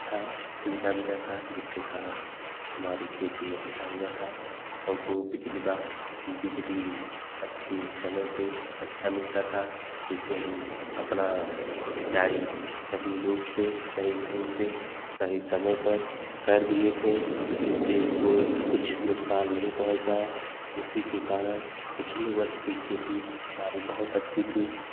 अच्छा सुविधा मिला था जिसके कारण हमारी खेती अच्छा हुआ था हमको पिछली बार बिजली अच्छी समय पे अच्छा मिलता था इससे हम अपना सिंचाई सही रूप से सही ढंग से सही समय पर कर दिए थे जिससे कोई कुछ नुकसान नहीं पहुँच पाया इसीके कारण पिछली वर्ष की खेती हमारी बहुत अच्छी थी